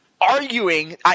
arguing